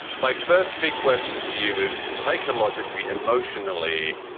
my first big question for you is psychologically, emotionally.